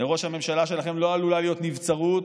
לראש הממשלה שלכם לא עלולה להיות נבצרות,